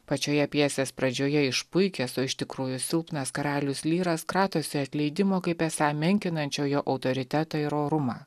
pačioje pjesės pradžioje išpuikęs o iš tikrųjų silpnas karalius lyras kratosi atleidimo kaip esą menkinančio jo autoritetą ir orumą